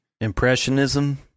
Impressionism